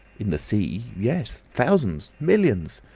in the sea, yes. thousands millions.